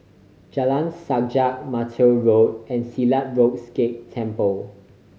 Jalan Sajak Mattar Road and Silat Road Sikh Temple